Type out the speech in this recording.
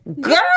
Girl